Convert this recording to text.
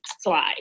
slide